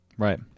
Right